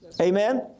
Amen